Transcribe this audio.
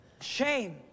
Shame